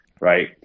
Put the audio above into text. Right